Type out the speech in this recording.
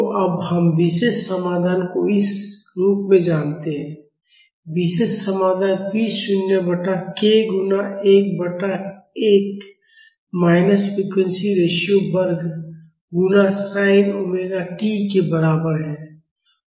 तो अब हम विशेष समाधान को इस रूप में जानते हैं विशेष समाधान p शून्य बटा k गुणा 1 बटा 1 माइनस फ़्रीक्वेंसी रेशियो वर्ग गुणा sin ओमेगा tsinωt के बराबर है